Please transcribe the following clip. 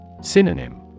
Synonym